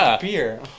beer